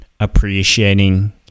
appreciating